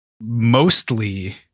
mostly